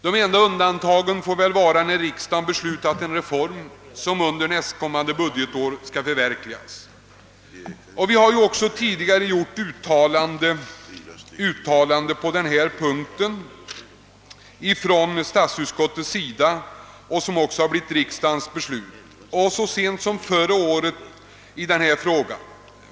Det enda undantaget härvidlag bör vara den av riksdagen beslutade reform som skall förverkligas nästa år. Statsutskottet och riksdagen har så sent som förra året i denna fråga gjort ett uttalande.